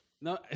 No